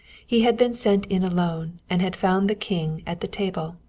he had been sent in alone and had found the king at the table,